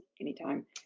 anytime